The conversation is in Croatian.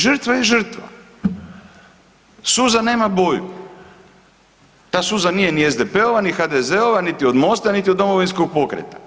Žrtva je žrtva, suza nema boju, ta suza nije ni SDP-ova, ni HDZ-ova, niti od MOST-a, niti od Domovinskog pokreta.